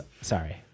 Sorry